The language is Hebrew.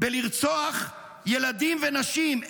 בלרצוח ילדים ונשים.